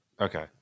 Okay